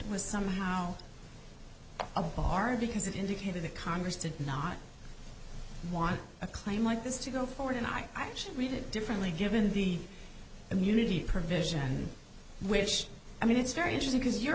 was somehow a bar because it indicated that congress did not want a claim like this to go forward and i actually read it differently given the immunity provision which i mean it's very interesting because your